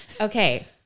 Okay